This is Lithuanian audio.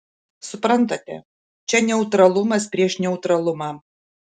suprantate čia neutralumas prieš neutralumą